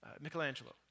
Michelangelo